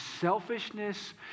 selfishness